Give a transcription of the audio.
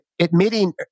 admitting